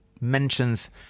mentions